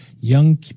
young